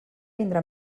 vindrà